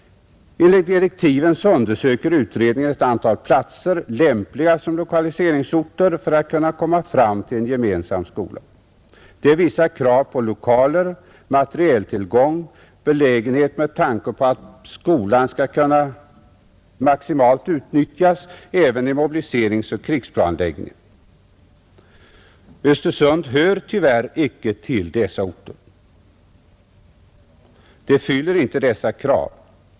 Enligt direktiven undersöker utredningen ett antal platser lämpliga som lokaliseringsorter för att kunna komma fram till en gemensam skola. Det är vissa krav som måste tillgodoses lokaler — materieltillgång, belägenhet med tanke på att skolan skall kunna maximalt utnyttjas även vid mobiliseringsoch krigsplanläggning. Östersund hör icke till dessa orter. Staden uppfyller icke de uppställda kraven.